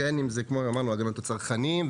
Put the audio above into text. כמו הגנת הצרכנים,